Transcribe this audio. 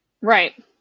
Right